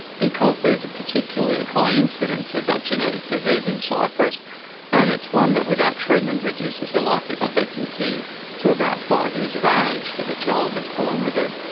because there's a particularly high incidence of that genetic disease in cyprus and it's one that without treatment reduces your life expectancy to about five years of age for the child that's born with it.